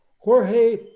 Jorge